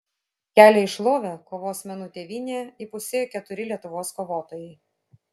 kelią į šlovę kovos menų tėvynėje įpusėjo keturi lietuvos kovotojai